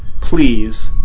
please